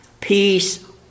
peace